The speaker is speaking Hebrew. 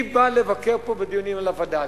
מי בא לבקר פה בדיונים על הווד"לים.